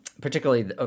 particularly